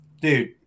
Dude